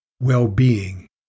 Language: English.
well-being